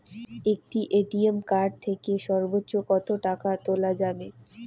একটি ATM card থেকে সর্বোচ্চ কত টাকা তোলা যাবে?